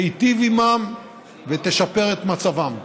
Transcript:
תיטיב עימם ותשפר את מצבם.